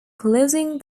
closing